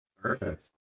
Perfect